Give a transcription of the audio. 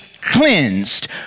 cleansed